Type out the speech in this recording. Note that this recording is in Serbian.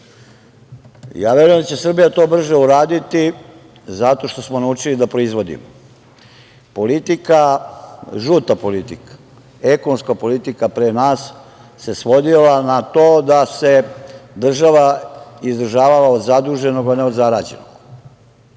verujem i da će to Srbija brže uraditi, zato što smo naučili da proizvodimo. Žuta politika, ekonomska politika pre nas se svodila na to da se država izdržavala od zaduženog a ne od zarađenog.